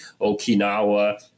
Okinawa